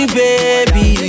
baby